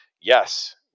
yes